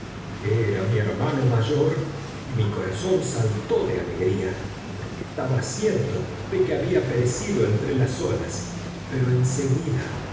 era mi hermano mayor y mi corazón saltó de alegría porque estaba cierto de que había perecido entre las olas pero